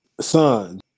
Son